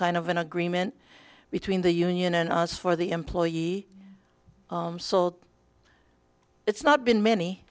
kind of an agreement between the union and us for the employee so it's not been many